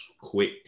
quick